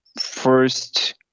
first